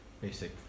basic